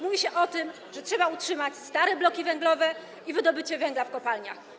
Mówi się o tym, że trzeba utrzymać stare bloki węglowe i wydobycie węgla w kopalniach.